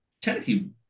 Technically